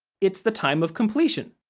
it's the time of completion!